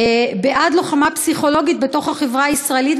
בעד לוחמה פסיכולוגית בתוך החברה הישראלית,